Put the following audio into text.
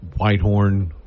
Whitehorn